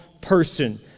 person